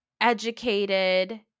educated